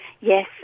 Yes